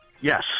Yes